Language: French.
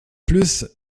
plus